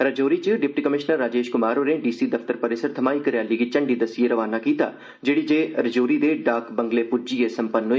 राजौरी च D C Rajesh Kumar होरें D C दफ्तर परिसर थमां इक रैली गी झंडी दस्सियै रवाना किता जेड़ी जे राजौरी दे डाक बंगले च प्ज्जियै सम्पन्न होई